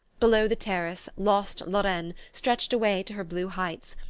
below the terrace, lost lorraine stretched away to her blue heights,